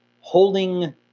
holding